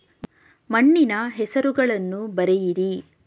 ಮಣ್ಣಿನ ಹೆಸರುಗಳನ್ನು ಬರೆಯಿರಿ